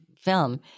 film—